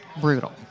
brutal